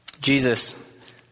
Jesus